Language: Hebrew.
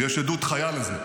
ויש עדות חיה לזה.